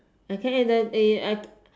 I can't eh I